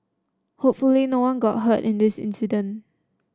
hopefully no one got hurt in this incident